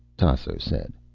tasso said.